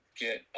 get